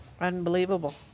Unbelievable